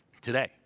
today